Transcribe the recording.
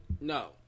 No